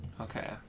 Okay